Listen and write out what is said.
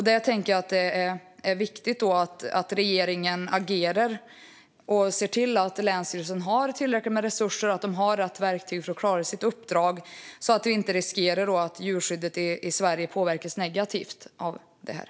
Där tänker jag att det är viktigt att regeringen agerar och ser till att länsstyrelserna har tillräckligt med resurser och rätt verktyg för att klara sitt uppdrag, så att inte djurskyddet i Sverige riskerar att påverkas negativt.